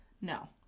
No